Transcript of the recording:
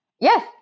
yes